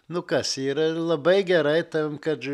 nu kas yra labai gerai tam kad